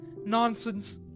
Nonsense